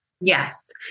Yes